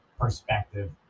perspective